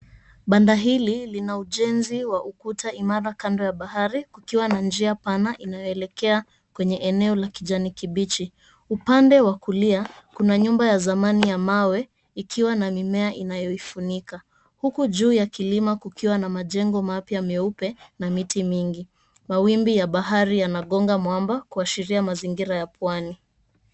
Banda hili lina ujenzi wa ukuta imara kando ya bahari kukiwa na njia pana inayoelekeakwenye eneo la kijani kibichi, upande wa kulia kuna nyumba ya zamani ya mawe ikiwa na mimea inayoifunika huku juu ya kilima kukiwa na majengo mapya meupe na miti mingi, mawimbi ya bahari yanagonga mwamba kuashiria mazingira ya pwani.